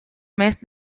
mes